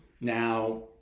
Now